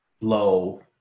low